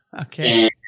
okay